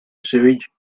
sewage